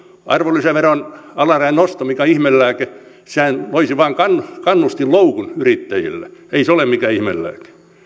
arvonlisäveron alarajan nosto mikä on ihmelääke sehän loisi vain kannustinloukun yrittäjille ei se ole mikään ihmelääke